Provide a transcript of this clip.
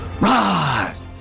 rise